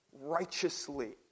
righteously